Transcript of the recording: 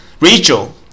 rachel